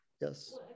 yes